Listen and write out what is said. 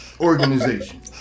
organization